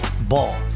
Ball